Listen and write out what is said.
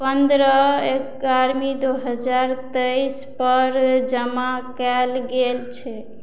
पन्द्रह एगारह दू हजार तइसपर जमा कयल गेल छै